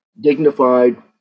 dignified